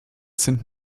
sind